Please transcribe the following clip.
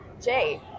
Jay